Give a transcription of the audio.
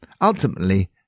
Ultimately